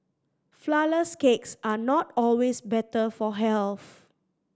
flourless cakes are not always better for health